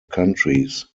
countries